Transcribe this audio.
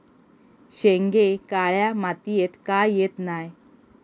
शेंगे काळ्या मातीयेत का येत नाय?